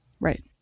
right